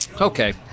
Okay